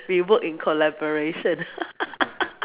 we work in collaboration